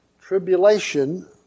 Tribulation